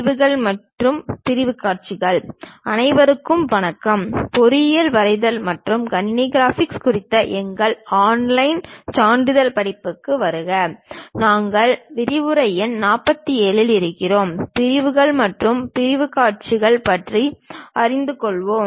பிரிவுகள் மற்றும் பிரிவு காட்சிகள் போட்டி அனைவருக்கும் வணக்கம் பொறியியல் வரைதல் மற்றும் கணினி கிராபிக்ஸ் குறித்த எங்கள் ஆன்லைன் சான்றிதழ் படிப்புகளுக்கு வருக நாங்கள் விரிவுரை எண் 47 இல் இருக்கிறோம் பிரிவுகள் மற்றும் பிரிவு காட்சிகள் பற்றி அறிந்து கொள்கிறோம்